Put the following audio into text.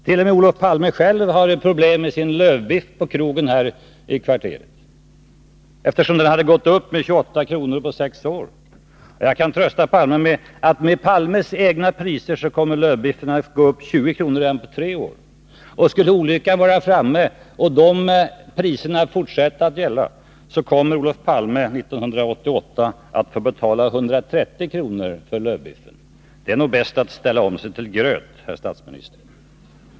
T. o. m. Olof Palme själv hade problem med sin lövbiff på krogen här i kvarteret, eftersom den hade gått upp med 28 kr. på sex år. Jag kan trösta Olof Palme med att med herr Palmes egna priser kommer lövbiffen att gå upp 20 kr. redan på tre år. Och skulle olyckan vara framme och den utvecklingen fortsätta, så kommer Olof Palme år 1988 att få betala 1:0 kr. för lövbiffen. Det är nog bäst att ställa om sig till gröt, herr statsminister.